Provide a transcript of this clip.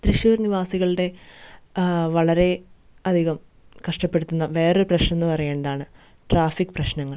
തൃശ്ശൂർ നിവാസികളുടെ വളരെ അധികം കഷ്ടപ്പെടുത്തുന്ന വേറൊരു പ്രശ്നമെന്ന് പറയുന്നതാണ് ട്രാഫിക് പ്രശ്നങ്ങൾ